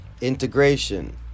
Integration